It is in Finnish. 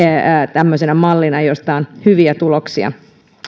mallina josta on hyviä tuloksia